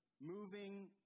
moving